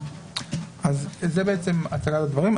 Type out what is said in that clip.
זאת בעצם הצגת הדברים.